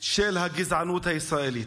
של הגזענות הישראלית.